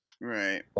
Right